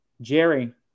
jerry